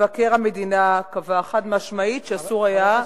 מבקר המדינה קבע חד-משמעית שאסור היה,